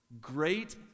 great